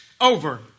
over